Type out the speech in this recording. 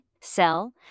sell